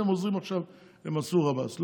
אתם עוזרים עכשיו למנסור עבאס.